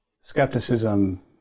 skepticism